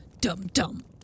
dum-dum